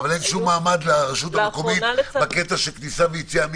אבל אין שום מעמד לרשות המקומית בנושא כניסה ויציאה,